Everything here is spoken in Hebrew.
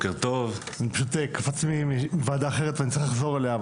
אני פשוט קפצתי מוועדה אחרת ואני צריך לחזור אליה,